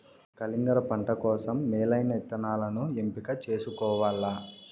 కలింగర పంట కోసం మేలైన ఇత్తనాలను ఎంపిక చేసుకోవల్ల